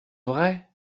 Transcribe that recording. vrai